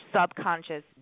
subconscious